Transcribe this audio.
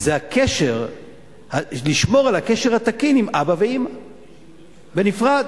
זה לשמור על הקשר התקין עם אבא ועם אמא בנפרד.